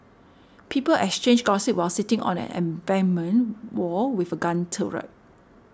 people exchanged gossip while sitting on an embankment wall with a gun turret